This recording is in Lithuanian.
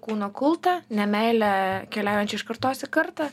kūno kultą nemeilę keliaujančią iš kartos į kartą